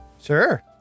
Sure